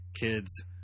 Kids